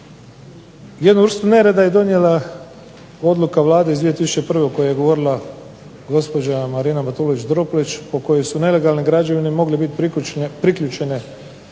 Jednu vrstu nereda je donijela odluka Vlade iz 2001. o kojoj je govorila gospođa Marina Matulović Dropulić po kojoj su nelegalne građevine mogle biti priključene